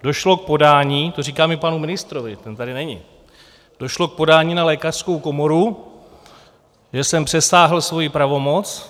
Došlo k podání to říkám i panu ministrovi, ten tady není došlo k podání na Lékařskou komoru, že jsem přesáhl svoji pravomoc.